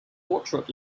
portrait